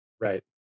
Right